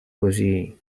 così